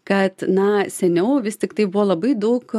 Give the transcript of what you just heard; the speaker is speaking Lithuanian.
kad na seniau vis tiktai buvo labai daug